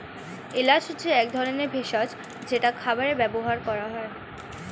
এলাচ হচ্ছে এক ধরনের ভেষজ যেটা খাবারে ব্যবহার করা হয়